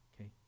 okay